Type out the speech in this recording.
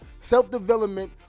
self-development